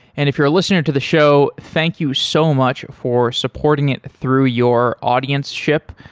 and if you're a listener to the show, thank you so much for supporting it through your audienceship.